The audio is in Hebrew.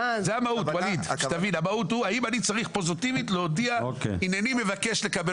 המהות היא האם אני צריך פוזיטיבית להודיע שאני מבקש לקבל